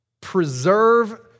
preserve